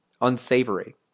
unsavory